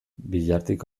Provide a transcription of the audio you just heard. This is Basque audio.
bihartik